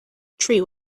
tree